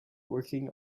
working